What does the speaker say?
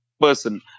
person